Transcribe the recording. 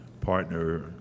partner